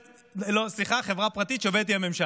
לא, סליחה, זו חברה פרטית שעובדת עם הממשלה,